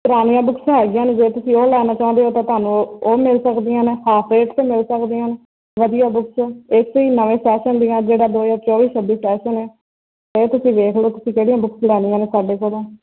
ਪੁਰਾਣੀਆਂ ਬੁਕਸ ਹੈਗੀਆਂ ਨੇ ਜੇ ਤੁਸੀਂ ਉਹ ਲੈਣਾ ਚਾਹੁੰਦੇ ਹੋ ਤਾਂ ਤੁਹਾਨੂੰ ਉਹ ਉਹ ਮਿਲ ਸਕਦੀਆਂ ਨੇ ਹਾਫ ਰੇਟ 'ਤੇ ਮਿਲ ਸਕਦੀਆਂ ਨੇ ਵਧੀਆ ਬੁਕਸ ਇਸ ਨਵੇਂ ਸੈਸ਼ਨ ਦੀਆਂ ਜਿਹੜਾ ਦੋ ਹਜ਼ਾਰ ਚੌਵੀ ਛੱਬੀ ਸੈਸ਼ਨ ਹੈ ਇਹ ਤੁਸੀਂ ਵੇਖ ਲਓ ਤੁਸੀਂ ਕਿਹੜੀਆਂ ਬੁਕਸ ਲੈਣੀਆਂ ਨੇ ਸਾਡੇ ਕੋਲੋਂ